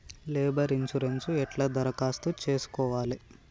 Labour insurance ఎట్ల దరఖాస్తు చేసుకోవాలే?